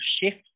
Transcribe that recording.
shift